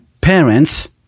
parents